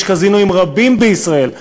יש קזינואים רבים בישראל.